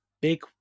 big